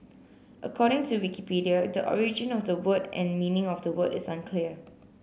according to Wikipedia the origin of the word and meaning of the word is unclear